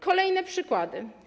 Kolejne przykłady.